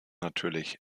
natürlich